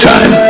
Time